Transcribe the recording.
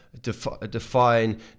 Define